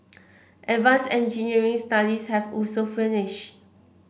advance engineering studies have also finished